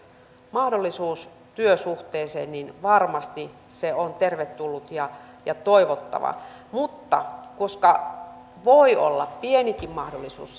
mahdollisuus työsuhteeseen varmasti se on tervetullut ja ja toivottava mutta koska voi olla pienikin mahdollisuus